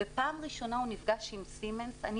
ופעם ראשונה הוא נפגש עם "סימנס" אני